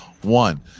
one